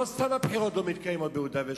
לא סתם הבחירות לא מתקיימות ביהודה ושומרון,